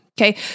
Okay